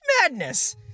Madness